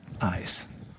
eyes